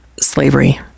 slavery